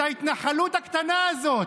את ההתנחלות הקטנה הזאת,